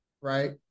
right